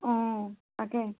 অঁ তাকে